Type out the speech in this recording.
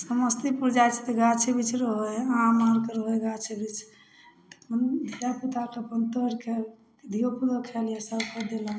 समस्तीपुर जाइ छथि गाछी बिरछी रहै है आम आरके रहै है गाछ बृक्ष तऽ धियापुताके अपन तोड़िके धियोपुतो खेलक सभके देलक